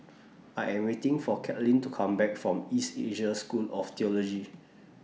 I Am waiting For Kathleen to Come Back from East Asia School of Theology